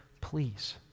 please